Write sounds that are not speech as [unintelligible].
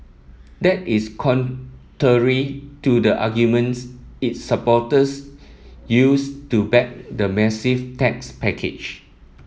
that is [unintelligible] to the arguments its supporters used to back the massive tax package